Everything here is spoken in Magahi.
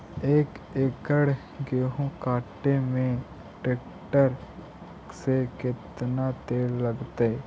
एक एकड़ गेहूं काटे में टरेकटर से केतना तेल लगतइ?